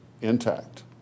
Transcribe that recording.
intact